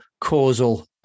causal